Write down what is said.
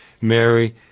Mary